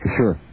sure